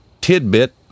tidbit